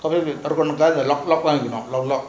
the lock lock one you know lock lock